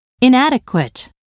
Inadequate